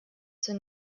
zur